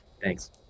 Thanks